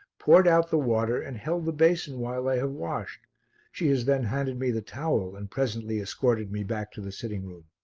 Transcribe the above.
poured out the water and held the basin while i have washed she has then handed me the towel and presently escorted me back to the sitting-room.